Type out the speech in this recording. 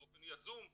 באופן יזום,